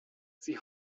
sie